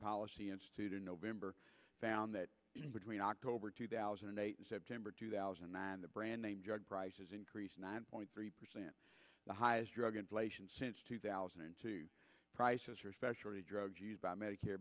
policy institute in november found that between october two thousand and eight and september two thousand and nine the brand name drug prices increased nine point three percent the highest drug inflation since two thousand and two prices for specialty drugs used by medicare